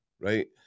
right